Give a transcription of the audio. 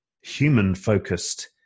human-focused